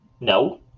No